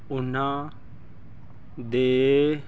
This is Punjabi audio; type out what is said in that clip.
ਉਹਨਾਂ ਦੇ